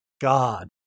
God